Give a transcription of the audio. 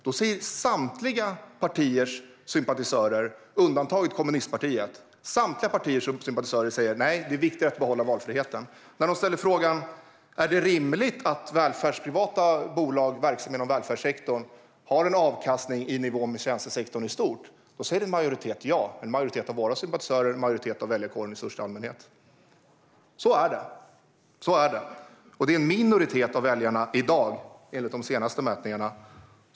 svarar alla partiers sympatisörer utom kommunistpartiets att det är viktigare att behålla valfriheten. Frågar man "Är det rimligt att privata bolag inom välfärdssektorn har en avkastning i nivå med tjänstesektorn i stort?" svarar en majoritet av våra sympatisörer och en majoritet av hela väljarkåren ja.